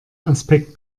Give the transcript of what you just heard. aspekt